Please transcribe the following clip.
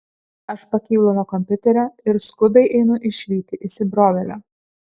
aš pakylu nuo kompiuterio ir skubiai einu išvyti įsibrovėlio